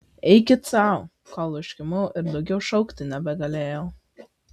eikit sau kol užkimau ir daugiau šaukti nebegalėjau